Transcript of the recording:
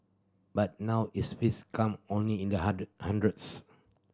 but now is fees come only in the hundreds